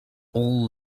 all